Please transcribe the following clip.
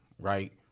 right